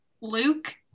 Luke